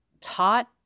taught